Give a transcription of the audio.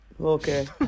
Okay